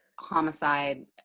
homicide